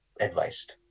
advised